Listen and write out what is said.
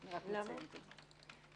למה?